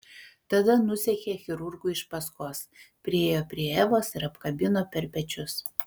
tada nusekė chirurgui iš paskos priėjo prie evos ir apkabino per pečius